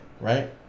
right